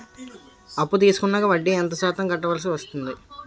అప్పు తీసుకున్నాక వడ్డీ ఎంత శాతం కట్టవల్సి వస్తుంది?